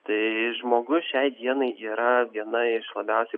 tai žmogus šiai dienai yra viena iš labiausiai